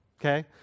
okay